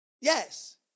Yes